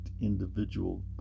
individual